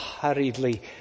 hurriedly